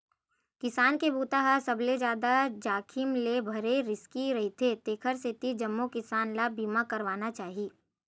किसानी के बूता ह सबले जादा जाखिम ले भरे रिस्की रईथे तेखर सेती जम्मो किसान ल बीमा करवाना चाही